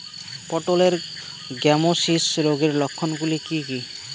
পটলের গ্যামোসিস রোগের লক্ষণগুলি কী কী?